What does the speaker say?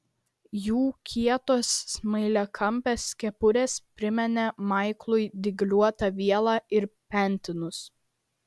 jų kietos smailiakampės kepurės priminė maiklui dygliuotą vielą ir pentinus